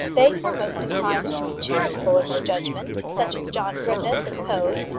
they who were most inclined to be charitable in their judgment, such as john griffith of coed,